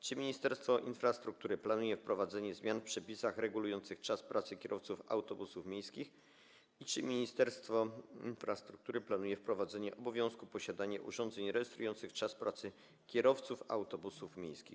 Czy Ministerstwo Infrastruktury planuje wprowadzenie zmian w przepisach regulujących czas pracy kierowców autobusów miejskich i czy Ministerstwo Infrastruktury planuje wprowadzenie obowiązku posiadania urządzeń rejestrujących czas pracy kierowców autobusów miejskich?